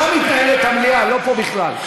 שם מתנהלת המליאה, לא פה בכלל.